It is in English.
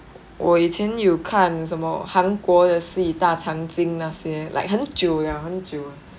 我以前有看什么韩国的戏大长今那些 like 很久 liao 很久